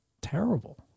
terrible